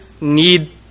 need